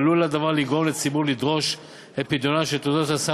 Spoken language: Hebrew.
עלול הדבר לגרום לציבור לדרוש את פדיונן של תעודות סל